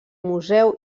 museu